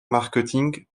marketing